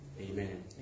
Amen